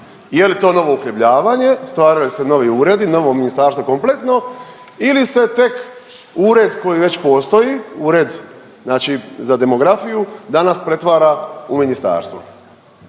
jel to novo uhljebljavanje, stvaraju se novi uredi, novo ministarstvo kompletno ili se tek ured koji već postoji, ured znači za demografiju danas pretvara u ministarstvo.